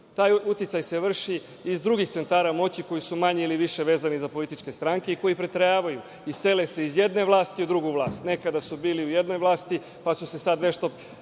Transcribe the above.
Taj uticaj se vrši iz drugih centara moći, koji su manje ili više vezani za političke stranke i koji preteravaju i sele se iz jedne vlasti u drugu vlast. Nekada su bili u jednoj vlasti, pa su se sad nešto